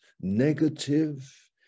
negative